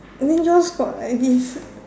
I mean Josh got like his